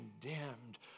condemned